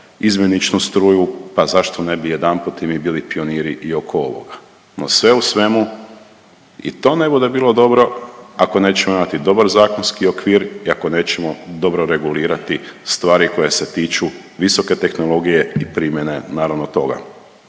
izmjeničnu struju, pa zašto ne bi jedanput i mi bili pioniri i oko ovoga. No sve u svemu i to ne bude bilo dobro ako nećemo imati dobar zakonski okvir i ako nećemo dobro regulirati stvari koje se tiču visoke tehnologije i primjene naravno toga.